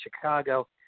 Chicago